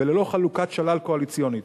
וללא חלוקת שלל קואליציונית.